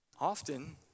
often